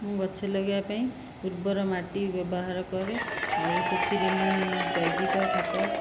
ମୁଁ ଗଛ ଲଗାଇବା ପାଇଁ ଉର୍ବର ମାଟି ବ୍ୟବହାର କରେ ଆଉ ସେଥିରେ ମୁଁ ଜୈବିକ ଖତ